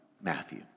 Matthew